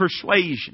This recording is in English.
persuasion